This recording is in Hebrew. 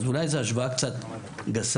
אז אולי זה השוואה קצת גסה,